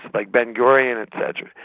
like ben-gurion et cetera,